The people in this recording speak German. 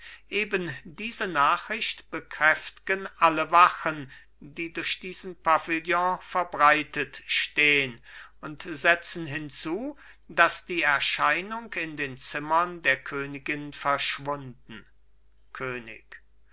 eben diese nachricht bekräftgen alle wachen die durch diesen pavillon verbreitet stehn und setzen hinzu daß die erscheinung in den zimmern der königin verschwunden könig